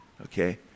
okay